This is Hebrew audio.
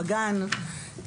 בגן,